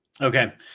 Okay